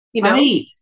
Right